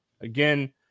again